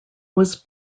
was